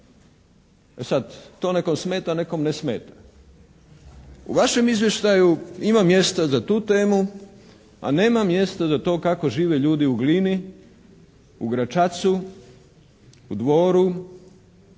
sada to nekom smeta, nekom ne smeta. U vašem izvještaja ima mjesta za tu temu, a nema mjesta za to kako žive ljudi u Glini, u Gračacu, u Dvoru,